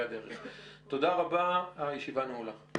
תודה רבה, ישיבה זו נעולה.